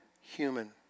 human